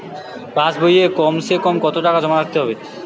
পাশ বইয়ে কমসেকম কত টাকা জমা রাখতে হবে?